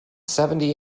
seventy